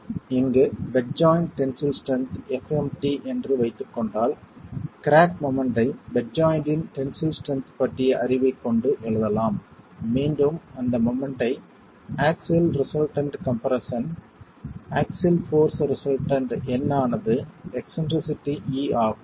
எனவே இங்கு bed joint tensile strength fmt என்று வைத்துக் கொண்டால் கிராக் மொமெண்ட் ஐ பெட் ஜாய்ண்ட்டின் டென்சில் ஸ்ட்ரென்த் பற்றிய அறிவைக் கொண்டு எழுதலாம் மீண்டும் அந்தத் மொமெண்ட் ஐ ஆக்ஸில் ரிசல்டன்ட் கம்ப்ரஸன்ன ஆக்ஸில் போர்ஸ் ரிசல்டன்ட் N ஆனது எக்ஸ்ன்ட்ரிசிட்டி e ஆகும்